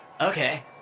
okay